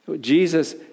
Jesus